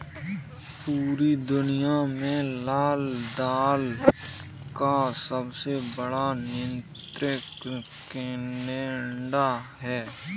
पूरी दुनिया में लाल दाल का सबसे बड़ा निर्यातक केनेडा है